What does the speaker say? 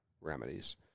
remedies